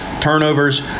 Turnovers